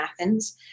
Athens